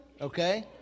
okay